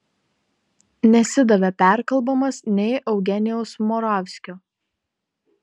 nesidavė perkalbamas nei eugenijaus moravskio